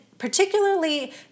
particularly